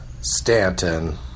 Stanton